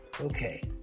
Okay